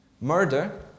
Murder